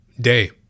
day